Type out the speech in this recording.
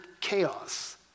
chaos